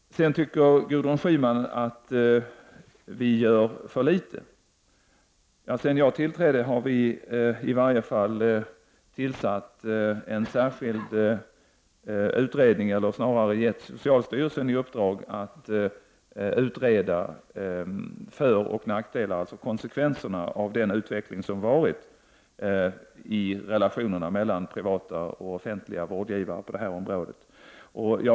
Gudrun Schyman menar också att vi gör för litet. Sedan jag tillträdde har vi givit socialstyrelsen i uppdrag att utreda konsekvenserna av den utveckling som har skett i fråga om relationerna mellan privata och offentliga vårdgivare på detta område.